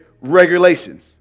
regulations